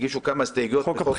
הגישו כמה הסתייגויות -- חוק הבחירות.